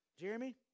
Jeremy